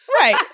right